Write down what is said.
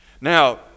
Now